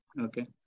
okay